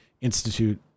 Institute